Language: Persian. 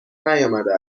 نیامده